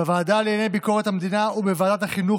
בוועדה לענייני ביקורת המדינה ובוועדת החינוך,